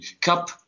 cup